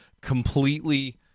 completely